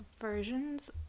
versions